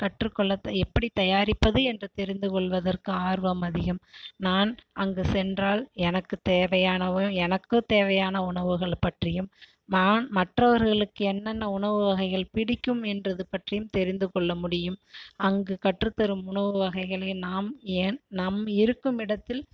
கற்றுக்கொள்ள எப்படி தயாரிப்பது என்று தெரிந்து கொள்வதற்கு ஆர்வம் அதிகம் நான் அங்கு சென்றால் எனக்கு தேவையான எனக்கு தேவையான உணவுகள் பற்றியும் நான் மற்றவர்களுக்கு என்னென்ன உணவு வகைகள் பிடிக்கும் என்பது பற்றியும் தெரிந்து கொள்ள முடியும் அங்கு கற்றுத்தரும் உணவு வகைகளை நாம் ஏன் நம் இருக்கும் இடத்தில்